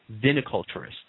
viniculturists